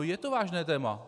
Je to vážné téma!